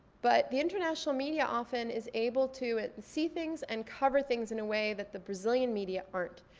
but the internatonal media often is able to see things and cover things in a way that the brazilian media aren't.